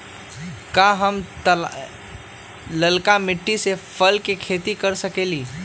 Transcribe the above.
का हम लालका मिट्टी में फल के खेती कर सकेली?